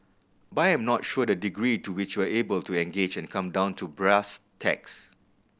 but I am not sure the degree to which you are able to engage and come down to brass tacks